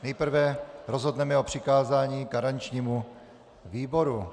Nejprve rozhodneme o přikázání garančnímu výboru.